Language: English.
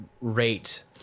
rate